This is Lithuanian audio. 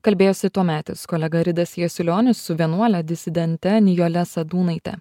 kalbėjosi tuometis kolega ridas jasiulionis vienuole disidente nijole sadūnaite